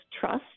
trust